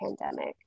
pandemic